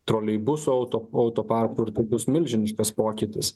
troleibusų auto autoparku ir tai bus milžiniškas pokytis